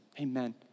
amen